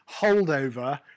holdover